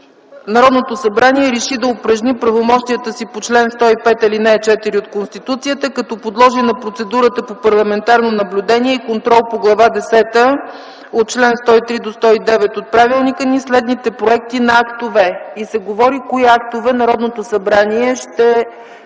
„Народното събрание реши да упражни правомощията си по чл. 105, ал. 4 от Конституцията, като подложи на процедурата на парламентарно наблюдение и контрол по Глава десета от чл. 103 до 109 от правилника ни следните проекти на актове...”, и се говори кои актове ще следи Народното събрание.